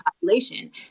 population